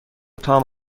تام